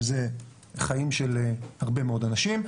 אבל זה חיים של הרבה מאוד אנשים.